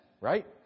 right